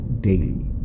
daily